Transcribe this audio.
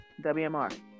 WMR